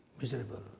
miserable